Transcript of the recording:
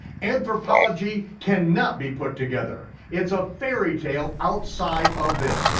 anthropology cannot be put together, it's a fairytale outside of this.